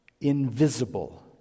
invisible